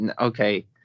Okay